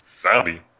zombie